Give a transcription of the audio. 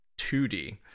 2D